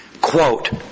quote